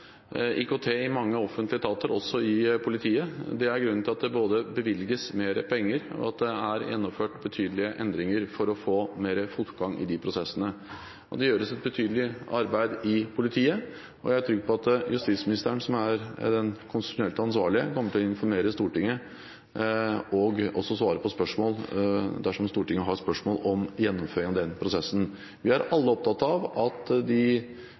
IKT i mange offentlige etater, også i politiet. Det er grunnen til at det både bevilges mer penger, og at det er gjennomført betydelige endringer for å få fortgang i de prosessene. Det gjøres et betydelig arbeid i politiet, og jeg er trygg på at justisministeren, som er konstitusjonelt ansvarlig, kommer til å informere Stortinget og svare på spørsmål dersom Stortinget har spørsmål om gjennomføringen av denne prosessen. Vi er alle opptatt av at de